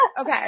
okay